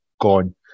gone